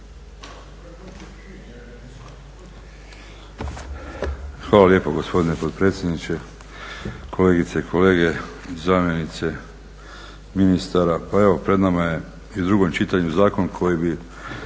Hvala lijepo gospodine potpredsjedniče, kolegice i kolege, zamjenice ministara. Pa evo pred nama je u drugom čitanju zakon koji bi